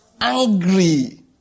angry